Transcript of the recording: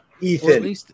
Ethan